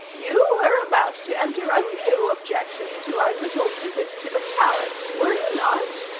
you were about to enter a new objection to our little visit to the palace, were you not?